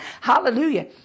Hallelujah